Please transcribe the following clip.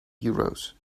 euros